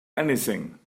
anything